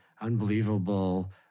unbelievable